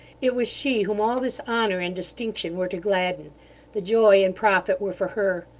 it was she whom all this honour and distinction were to gladden the joy and profit were for her.